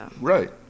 Right